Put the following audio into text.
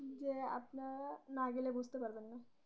যে আপনারা না গেলে বুঝতে পারবেন না